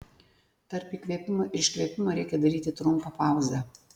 tarp įkvėpimo ir iškvėpimo reikia daryti trumpą pauzę